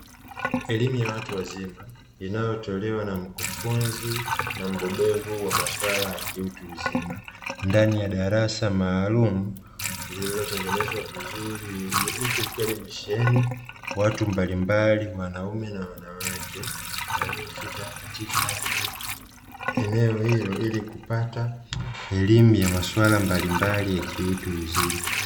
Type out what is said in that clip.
Elimu ya watu wazima inayotolewa na mkufunzi na mbobevu wa masuala ya kiutu uzima, ndani ya darasa maalumu lililotengenezwa vizuri, huku likiwa limesheni watu mbalimbali wanaume na wanawake, waliofika katika eneo hilo ili kupata elimu ya masuala mbalimbali ya kiutu uzima.